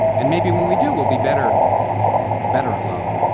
and maybe when we do, we'll be better better at love